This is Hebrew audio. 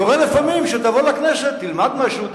קורה לפעמים שאם תבוא לכנסת, תלמד משהו.